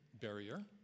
barrier